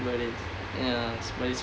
but it ya spicy